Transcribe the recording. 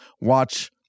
watch